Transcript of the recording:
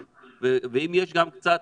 ואם יש גם קצת